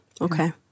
okay